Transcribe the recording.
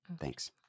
Thanks